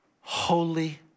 holy